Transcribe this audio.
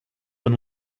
and